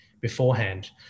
beforehand